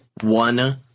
one